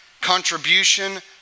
contribution